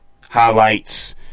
highlights